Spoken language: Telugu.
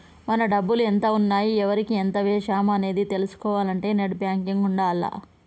మన డబ్బులు ఎంత ఉన్నాయి ఎవరికి ఎంత వేశాము అనేది తెలుసుకోవాలంటే నెట్ బ్యేంకింగ్ ఉండాల్ల